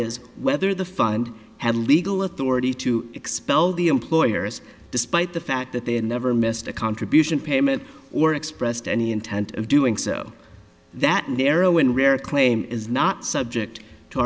is whether the fund had legal authority to expel the employers despite the fact that they had never missed a contribution payment or expressed any intent of doing so that narrow and rare a claim is not subject to